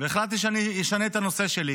והחלטתי שאני אשנה את הנושא שלי,